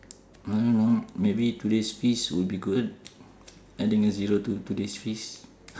I don't know maybe today's fees will be good adding a zero to today's fees